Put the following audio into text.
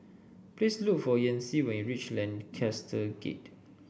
please look for Yancy when you reach Lancaster Gate